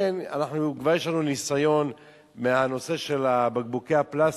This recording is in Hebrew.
יש לנו כבר ניסיון מהנושא של בקבוקי הפלסטיק,